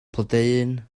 blodeuyn